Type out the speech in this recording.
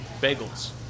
bagels